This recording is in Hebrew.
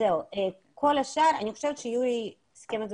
זהו, כל השאר אני חושבת שיורי סיכם את זה